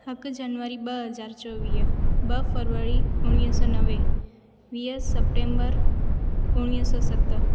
हिकु जनवरी ॿ हज़ार चोवीह ॿ फरवरी उणिवीह सौ नवें वीह सेप्टेम्बर उणिवीह सौ सत